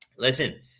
Listen